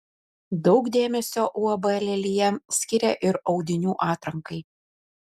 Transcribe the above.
daug dėmesio uab lelija skiria ir audinių atrankai